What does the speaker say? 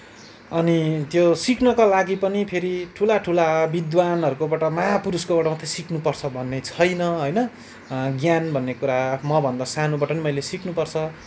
अनि त्यो सिक्नको लागि पनि फेरि ठुला ठुला विद्वानहरूबाट महापुरूषकोबाट मात्रै सिक्नुपर्छ भन्ने छैन होइन ज्ञान भन्ने कुरा मभन्दा सानोबाट पनि मैले सिक्नुपर्छ